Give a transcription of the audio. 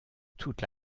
toute